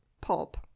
Pulp